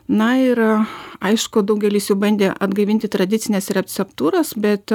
na ir aišku daugelis jų bandė atgaivinti tradicines receptūras bet